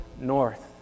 north